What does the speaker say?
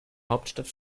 hauptstadt